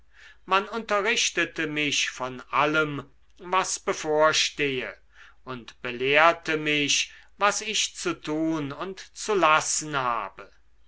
man unterrichtete mich von allem was bevorstehe und belehrte mich was ich zu tun und zu lassen habe